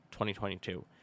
2022